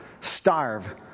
starve